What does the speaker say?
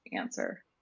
answer